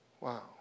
Wow